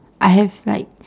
I have like